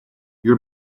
your